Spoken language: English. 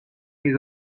you